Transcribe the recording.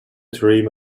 dream